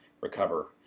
recover